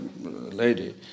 lady